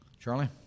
Charlie